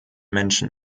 menschen